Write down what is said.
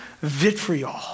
vitriol